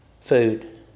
food